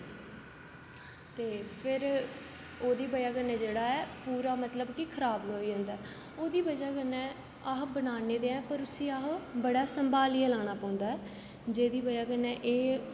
ते फिर ओह्दी बजह कन्नै जेह्ड़ा ऐ पूरा मतलब कि खराब होई जंदा ऐ ओह्दी बजह् कन्नै अस बनाने ते ऐं पर उसी अस बड़ा सभांलियै लाना पौंदा ऐ जेह्दी बजह् कन्नै एह्